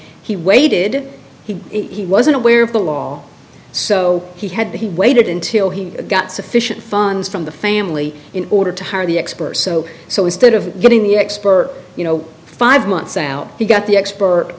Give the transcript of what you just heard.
he waited he wasn't aware of the law so he had he waited until he got sufficient funds from the family in order to hire the experts so so instead of getting the expert you know five months out he got the expert